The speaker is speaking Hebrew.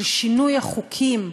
שינוי החוקים,